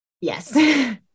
Yes